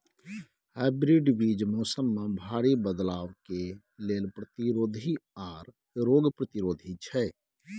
hybrid बीज मौसम में भारी बदलाव के लेल प्रतिरोधी आर रोग प्रतिरोधी छै